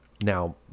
Now